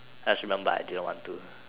I still remember I didn't want to